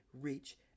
reach